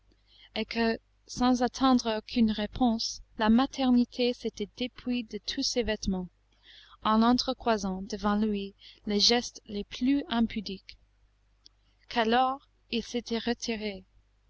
et que sans attendre aucune réponse la maternité s'était dépouillée de tous ses vêtements en entre croisant devant lui les gestes les plus impudiques qu'alors il s'était retiré